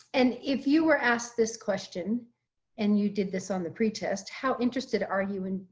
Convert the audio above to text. and if you were asked this question and you did this on the pre test how interested are you in